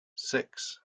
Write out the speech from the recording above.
six